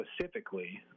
specifically